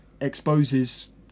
exposes